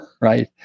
Right